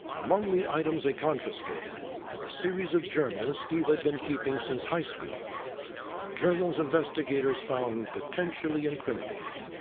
among the items they confiscated were a series of journals steve had been keeping since high school journals investigators found potentially incriminating.